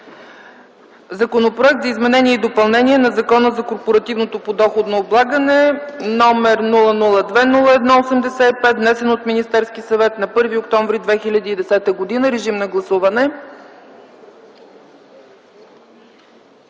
Законопроект за изменение и допълнение на Закона за корпоративното подоходно облагане, № 002-01-85, внесен от Министерския съвет на 1 октомври 2010 г. Гласували